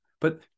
but-